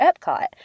Epcot